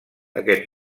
aquest